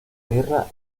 guerra